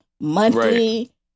monthly